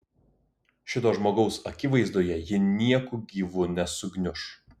šito žmogaus akivaizdoje ji nieku gyvu nesugniuš